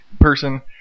person